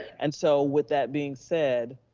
and so with that being said,